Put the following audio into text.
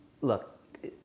look